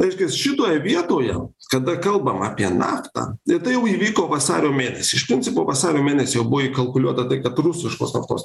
reiškias šitoje vietoje kada kalbam apie naftą ir tai jau įvyko vasario mėnesį iš principo vasario mėnesį jau buvo įkalkuliuota tai kad rusiškos naftos